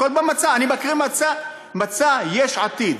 הכול במצע, אני מקריא ממצע יש עתיד.